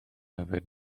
yfed